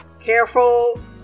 careful